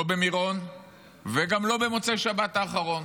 לא במירון וגם לא במוצאי שבת האחרונה.